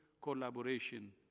collaboration